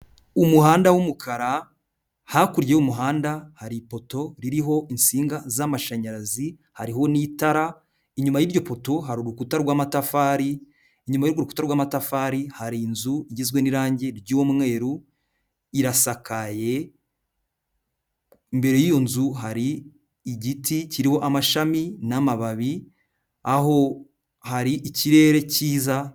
Umuhanda w'umukara hakurya y'umuhanda hari ipoto ririho insinga z'amashanyarazi hariho n'itara, inyuma y'iryo poto hari urukuta rw'amatafari, inyuma y'urwo rukuta rw'amatafari hari inzu igizwe n'irangi ry'umweru irasakaye, imbere y'iyo nzu hari igiti kiriho amashami n'amababi aho hari ikirere cyiza.